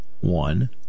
one